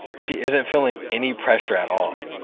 she isn't feeling any pressure at all.